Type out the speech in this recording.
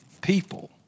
people